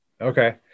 Okay